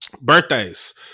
birthdays